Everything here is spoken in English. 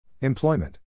Employment